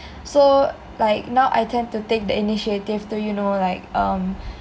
so like now I tend to take the initiative to you know like um